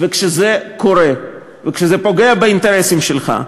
כשזה קורה וכשזה פוגע באינטרסים שלך,